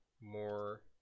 more